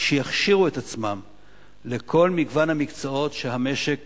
שיכשירו את עצמם לכל מגוון המקצועות שהמשק